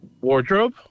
Wardrobe